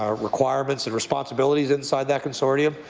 ah requirements and responsibilities inside that and sort of